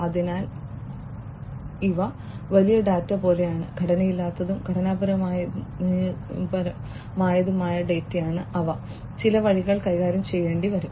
അതിനാൽ ഇവ വലിയ ഡാറ്റ പോലെയാണ് ഘടനയില്ലാത്തതും ഘടനാപരമായതുമായ ഡാറ്റയാണ് അവ ചില വഴികളിൽ കൈകാര്യം ചെയ്യേണ്ടിവരും